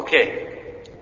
Okay